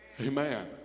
Amen